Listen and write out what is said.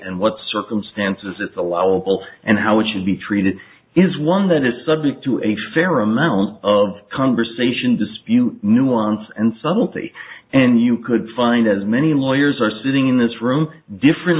and what circumstances it's allowable and how it should be treated is one that is subject to a fair amount of conversation dispute nuance and subtlety and you could find as many lawyers are sitting in this room different